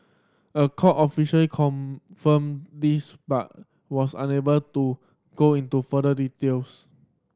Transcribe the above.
a court official confirmed this but was unable to go into further details